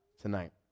tonight